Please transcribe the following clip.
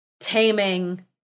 taming